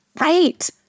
Right